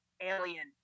Alien